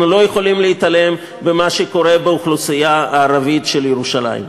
אנחנו לא יכולים להתעלם ממה שקורה באוכלוסייה הערבית של ירושלים.